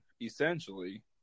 essentially